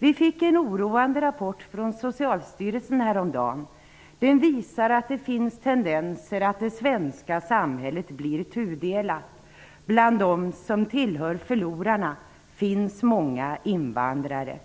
Häromdagen kom det en oroande rapport från Socialstyrelsen. Den visar att det finns tendenser till att det svenska samhället blir tudelat. Bland dem som tilllhör förlorarna finns många invandrare.